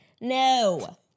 no